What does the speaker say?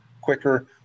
quicker